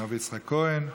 הרב יצחק כהן.